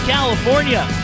California